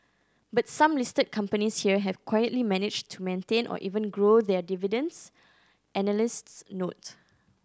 but some listed companies here have quietly managed to maintain or even grow their dividends analysts note